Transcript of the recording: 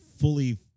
fully